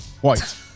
white